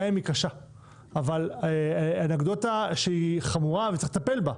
גם אם היא קשה, אנקדוטה שהיא חמורה וצריך לטפל בה,